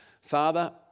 Father